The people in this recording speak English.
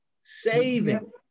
saving